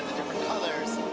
colors,